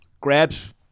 grabs